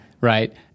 Right